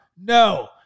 No